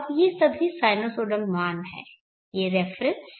अब ये सभी साइनुसॉइडल मान हैं ये रेफरेन्सेस